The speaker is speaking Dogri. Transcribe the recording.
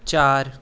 चार